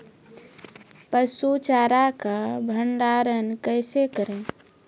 पसु चारा का भंडारण कैसे करें?